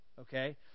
Okay